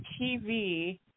TV